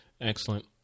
excellent